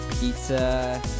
pizza